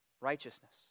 Righteousness